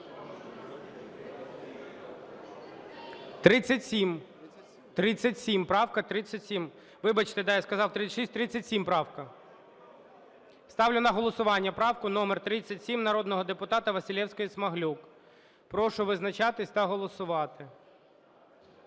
37, правка 37. Вибачте, так, я сказав 36, – 37 правка. Ставлю на голосування правку номер 37 народного депутата Василевської-Смаглюк. Прошу визначатись та голосувати.